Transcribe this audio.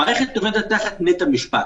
המערכת עובדת תחת בית המשפט.